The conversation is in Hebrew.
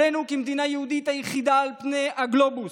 עלינו, כמדינה היהודית היחידה על פני הגלובוס,